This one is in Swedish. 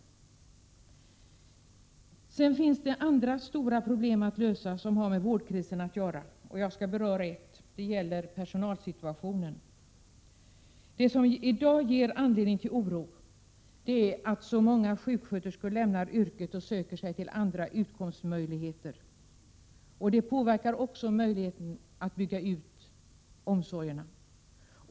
Sedan finns det andra stora problem att lösa som har med vårdkrisen att göra. Jag skall beröra ett sådant problem. Det gäller personalsituationen. Det som i dag ger anledning till oro är att så många sjuksköterskor lämnar yrket och söker sig till andra utkomstmöjligheter. Det påverkar också möjligheterna att bygga ut omsorgen.